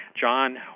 John